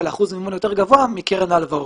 לאחוז מימון יותר גבוה מקרן ההלוואות.